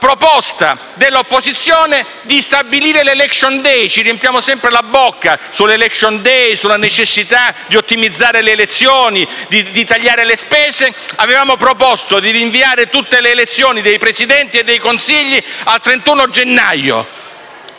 proposta dell'opposizione di stabilire *l'election day*. Ci riempiamo sempre la bocca sull'*election day* e sulla necessità di ottimizzare le elezioni e tagliare le spese. Avevamo proposto di rinviare tutte le elezioni dei presidenti e dei consigli al 31 gennaio.